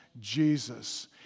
Jesus